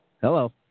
Hello